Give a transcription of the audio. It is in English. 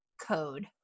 code